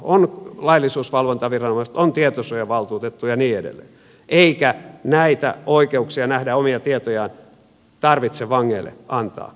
on laillisuusvalvontaviranomaiset on tietosuojavaltuutettu ja niin edelleen eikä näitä oikeuksia nähdä omia tietojaan tarvitse vangeille antaa